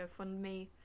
GoFundMe